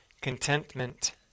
contentment